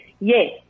Yes